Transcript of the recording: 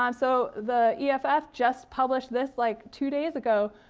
um so the eff eff just published this like two days ago.